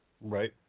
right